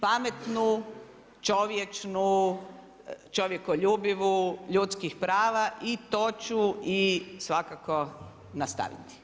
Pametnu, čovječnu, čovjekoljubivu, ljudskih prava i to ću i svakako nastaviti.